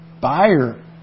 buyer